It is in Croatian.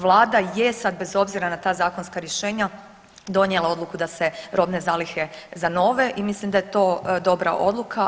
Vlada je sad bez obzira na ta zakonska rješenja donijela odluku da se robne zalihe zanove i mislim da je to dobra odluka.